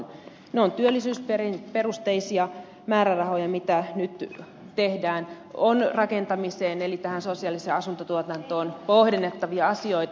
ne ovat työllisyysperusteisia määrärahoja mitä nyt tehdään on rakentamiseen eli tähän sosiaaliseen asuntotuotantoon kohdennettavia asioita